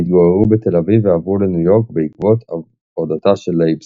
הם התגוררו בתל אביב ועברו לניו יורק בעקבות עבודתה של לייבזון.